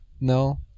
No